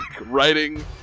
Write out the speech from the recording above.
writing